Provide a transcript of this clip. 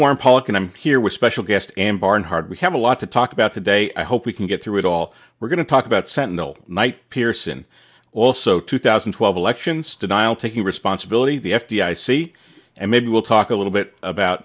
warren pollack and i'm here with special guest and barnhart we have a lot to talk about today i hope we can get through it all we're going to talk about sentinel might pearson also two thousand and twelve elections denial taking responsibility the f d i c and maybe we'll talk a little bit about